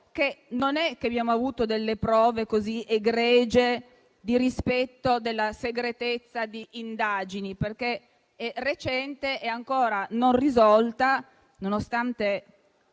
che non abbiamo avuto delle prove così egregie di rispetto della segretezza di indagini, perché è recente e ancora non risolta, nonostante